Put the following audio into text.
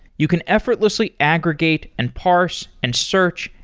you can effortlessly aggregate, and parse, and search,